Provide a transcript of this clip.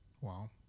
Wow